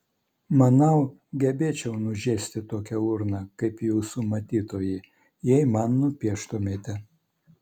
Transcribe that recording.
manau gebėčiau nužiesti tokią urną kaip jūsų matytoji jei man nupieštumėte